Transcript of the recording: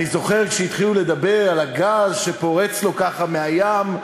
אני זוכר, כשהתחילו לדבר על הגז שפורץ לו כך מהים,